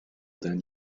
than